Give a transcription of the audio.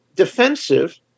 defensive